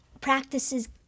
practices